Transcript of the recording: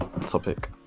topic